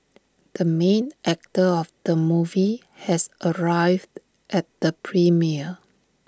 the main actor of the movie has arrived at the premiere